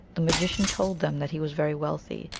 the magician told them that he was very wealthy,